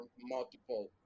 multiple